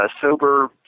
sober